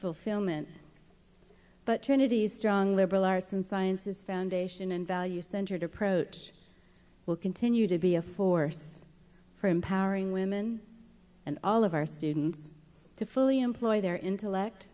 fulfillment but trinity strong liberal arts and sciences foundation and values centered approach will continue to be a force for empowering women and all of our students to fully employ their intellect